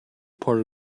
part